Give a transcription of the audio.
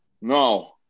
No